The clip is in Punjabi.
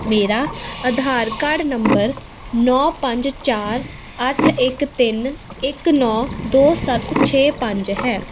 ਮੇਰਾ ਆਧਾਰ ਕਾਰਡ ਨੰਬਰ ਨੌਂ ਪੰਜ ਚਾਰ ਅੱਠ ਇੱਕ ਤਿੰਨ ਇੱਕ ਨੌਂ ਦੋ ਸੱਤ ਛੇ ਪੰਜ ਹੈ